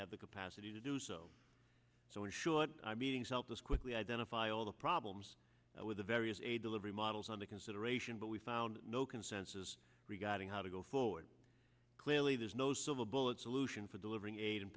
have the capacity to do so so in short i meetings help us quickly identify all the problems with the various aid delivery models under consideration but we found no consensus regarding how to go forward clearly there's no silver bullet solution for delivering